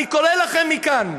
אני קורא לכם מכאן: